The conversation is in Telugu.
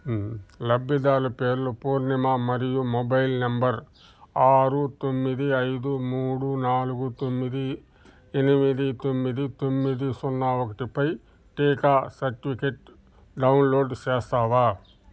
లబ్బిదారుల పేర్లు పూర్ణిమ మరియు మొబైల్ నంబర్ ఆరు తొమ్మిది ఐదు మూడు నాలుగు తొమ్మిది ఎనిమిది తొమ్మిది తొమ్మిది సున్నా ఒకటి పై టీకా సర్టిఫికెట్ డౌన్లోడ్ చేస్తావా